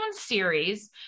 series